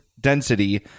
density